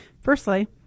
Firstly